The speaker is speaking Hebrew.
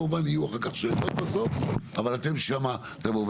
אם כמובן יהיו אחר כך שאלות בסוף אבל אתם שמה תבואו,